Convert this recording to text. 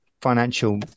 financial